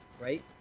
right